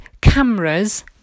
cameras